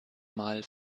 mal